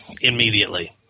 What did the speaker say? immediately